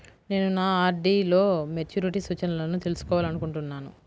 నేను నా ఆర్.డీ లో మెచ్యూరిటీ సూచనలను తెలుసుకోవాలనుకుంటున్నాను